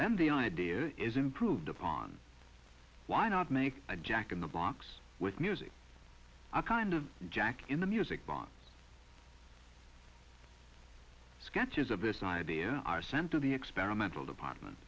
then the idea is improved upon why not make a jack in the box with music a kind of jack in the music box sketches of this idea are sent to the experimental department